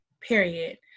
period